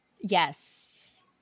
Yes